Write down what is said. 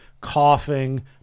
coughing